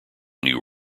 new